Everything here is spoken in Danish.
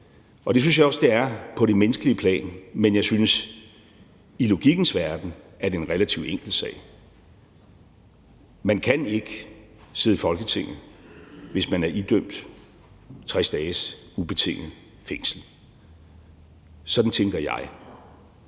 og det synes jeg også det er på det menneskelige plan. Men jeg synes, at det i logikkens verden er en relativt enkel sag. Man kan ikke sidde i Folketinget, hvis man er idømt 60 dages ubetinget fængsel. Sådan tænker jeg,